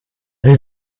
will